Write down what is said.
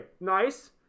nice